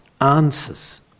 answers